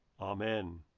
Amen